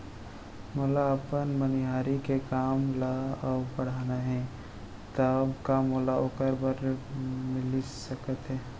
मोला अपन मनिहारी के काम ला अऊ बढ़ाना हे त का मोला ओखर बर ऋण मिलिस सकत हे?